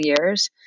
years